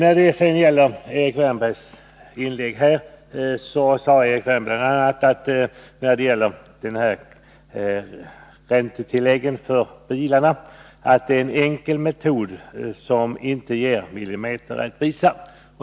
I sitt inlägg sade Erik Wärnberg att man när det gäller räntetillägg för bil har valt en enkel metod som dock inte ger millimeterrättvisa.